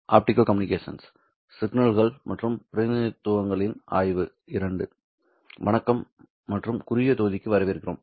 வணக்கம் மற்றும் குறுகிய தொகுதிக்கு வரவேற்கிறோம்